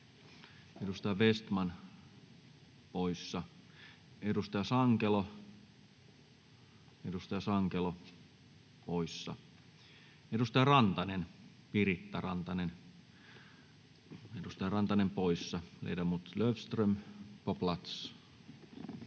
Edustaja Sankelo, edustaja Sankelo poissa. Edustaja Rantanen, Piritta, edustaja Rantanen poissa. — Ledamot Löfström på plats.